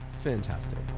Fantastic